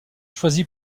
choisi